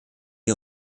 die